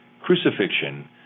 Crucifixion